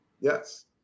Yes